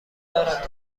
دارد